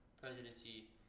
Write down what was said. presidency